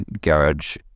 garage